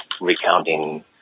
recounting